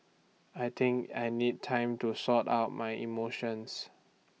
I think I need time to sort out my emotions